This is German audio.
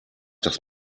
das